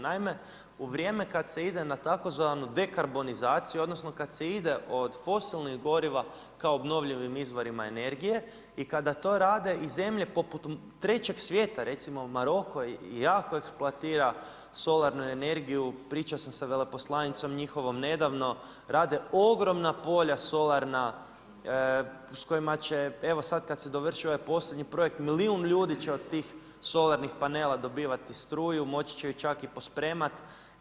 Naime, u vrijeme kada se ide na tzv. dekarbonizacija, odnosno, kada se ide od fosilnim goriva kao obnovljivim izvorima energije i kada to rade i zemlje poput trećeg svijeta, recimo Maroko jako eksploatira solarnu energiju, pričao sam sa veleposlanicom njihovom, nedavno, rade ogromna polja solarna, s kojima će, evo sada kada se dovrši ovaj posljednji projekt, milijun ljudi će od tih solarnih panela dobivati struju, moći će je čak i pospremati.